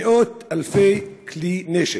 מאות אלפי כלי נשק.